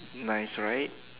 nice right